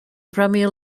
premier